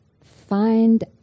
find